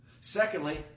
Secondly